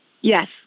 Yes